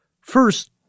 First